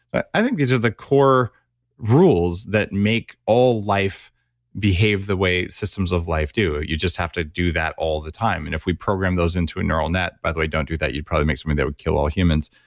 i think these are the core rules that make all life behave the way systems of life do. you just have to do that all the time. and if we program those into a neural net, by the way, don't do that. you'd probably make something that would kill all humans.